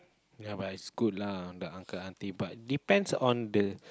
ya but it's good lah the uncle auntie but depends on the